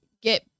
get